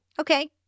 Okay